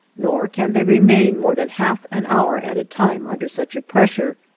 nor can they remain more than half an hour at a time under such a pressure,